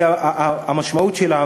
המשמעות שלה,